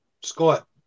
Scott